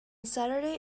saturday